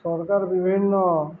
ସରକାର ବିଭିନ୍ନ